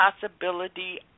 possibility